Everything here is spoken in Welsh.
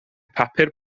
papur